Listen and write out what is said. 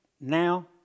now